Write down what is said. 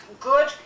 good